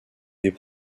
des